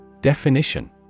Definition